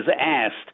asked